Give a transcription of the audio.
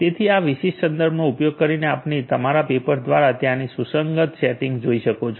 તેથી આ વિશિષ્ટ સંદર્ભનો ઉપયોગ કરીને આપણે અમારા પેપર દ્વારા ત્યાંની સુસંગત સેટિંગ્સ જોઈ શકો છો